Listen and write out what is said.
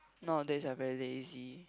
nowadays I very lazy